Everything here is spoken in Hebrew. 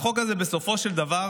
החוק הזה בסופו של דבר